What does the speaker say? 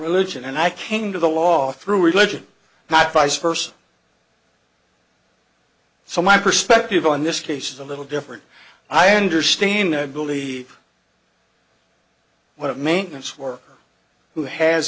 religion and i came to the law through religion not vice versa so my perspective on this case is a little different i understand i believe what a maintenance worker who has